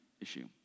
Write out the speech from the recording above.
issue